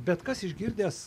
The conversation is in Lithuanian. bet kas išgirdęs